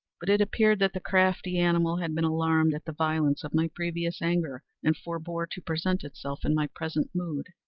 but it appeared that the crafty animal had been alarmed at the violence of my previous anger, and forebore to present itself in my present mood.